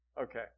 Okay